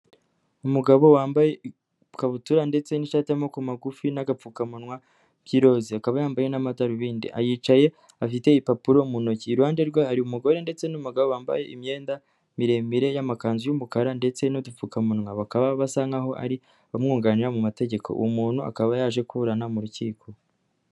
Umugabo wambaye ikabutura ndetse n'ishati y'amaboko magufi n'agapfukamunwa by'iroze, akaba yambaye n'amadarubindi. Ariyicaye afite ibipapuro mu ntoki. Iruhande rwe hari umugore ndetse n'umugabo bambaye imyenda miremire y'amakanzu y'umukara ndetse n'udupfukamunwa. Bakaba basa nkahoaho ari abamwunganira mu mategeko. Uwo umuntu akaba yaje kuburana mu rukiko.